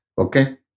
okay